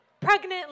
Pregnant